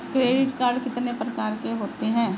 Credit card कितने प्रकार के होते हैं?